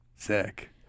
sick